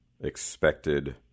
expected